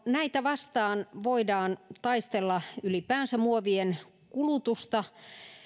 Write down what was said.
näitä vastaan voidaan taistella ylipäänsä muovien kulutusta